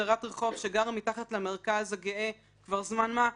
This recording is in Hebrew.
דרת רחוב שגרה מתחת למרכז הגאה כבר זמן מה,